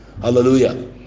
Hallelujah